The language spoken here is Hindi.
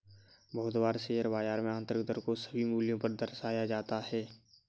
बहुत बार शेयर बाजार में आन्तरिक दर को सभी मूल्यों पर दर्शाया जाता है